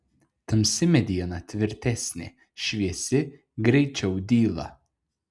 tamsi mediena tvirtesnė šviesi greičiau dyla